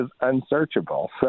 unsearchable